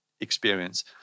experience